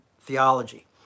theology